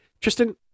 Tristan